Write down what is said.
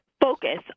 focus